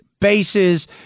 bases